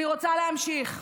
אני רוצה להמשיך.